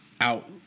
out